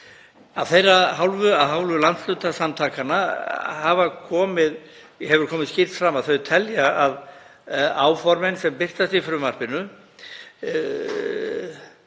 lengur við. Af hálfu landshlutasamtakanna hefur komið skýrt fram að þau telja að áformin sem birtast í frumvarpinu